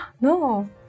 No